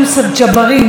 חבר הכנסת יוסף ג'בארין,